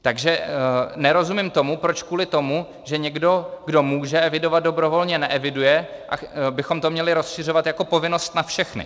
Takže nerozumím tomu, proč kvůli tomu, že někdo, kdo může evidovat dobrovolně, neeviduje, bychom to měli rozšiřovat jako povinnost na všechny.